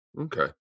Okay